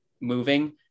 moving